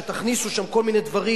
שתכניסו שם כל מיני דברים,